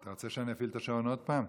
אתה רוצה שאני אפעיל את השעון עוד פעם?